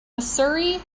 musiri